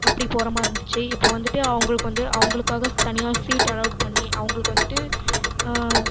அப்படி போகிற மாதிரி இருந்துச்சு இப்போது வந்துட்டு அவங்களுக்கு வந்து அவங்களுக்காக தனியா சீட் அலாட் பண்ணி அவங்களுக்கு வந்துட்டு